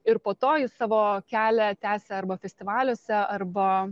ir po to jis savo kelią tęsia arba festivaliuose arba